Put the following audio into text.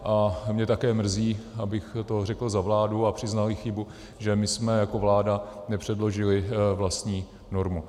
A mě také mrzí, abych to řekl za vládu a přiznal i chybu, že jsme jako vláda nepředložili vlastní normu.